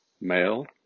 Male